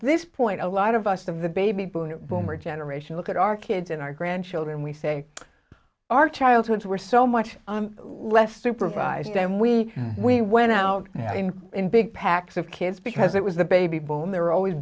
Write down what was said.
this point a lot of us of the baby boomer generation look at our kids and our grandchildren we say our childhoods were so much less supervised and we we went out in big packs of kids because it was the baby boom there were always